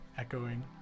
echoing